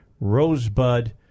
Rosebud